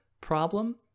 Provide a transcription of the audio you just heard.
problem